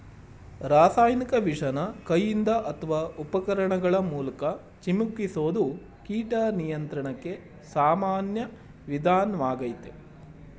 ರಾಸಾಯನಿಕ ವಿಷನ ಕೈಯಿಂದ ಅತ್ವ ಉಪಕರಣಗಳ ಮೂಲ್ಕ ಚಿಮುಕಿಸೋದು ಕೀಟ ನಿಯಂತ್ರಣಕ್ಕೆ ಸಾಮಾನ್ಯ ವಿಧಾನ್ವಾಗಯ್ತೆ